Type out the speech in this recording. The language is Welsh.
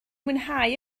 mwynhau